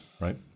right